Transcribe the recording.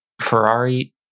Ferrari